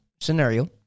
scenario